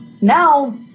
now